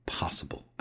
possible